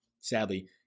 sadly